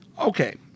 okay